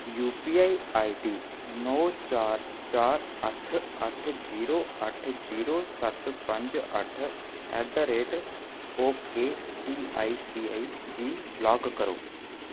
UPI ID नौ चार चार अट्ठ अट्ठ जीरो अट्ठ जीरो सत्त पंज अट्ठ at the rate ok C I C I गी ब्लाक करो